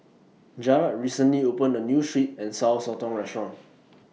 Jarad recently opened A New Sweet and Sour Sotong Restaurant